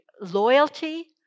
loyalty